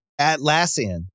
Atlassian